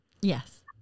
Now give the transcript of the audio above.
Yes